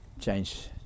change